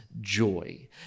joy